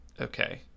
Okay